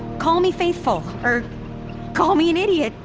call me faithful or call me an idiot,